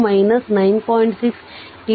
6 9